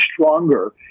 stronger